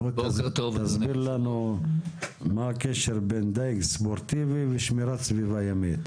תסביר לנו מה הקשר בין דיג ספורטיבי ושמירת סביבה ימית.